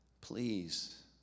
Please